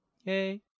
Yay